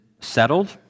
settled